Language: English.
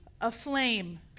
aflame